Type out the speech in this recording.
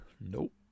Nope